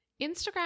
Instagram